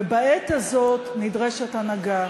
ובעת הזאת נדרשת הנהגה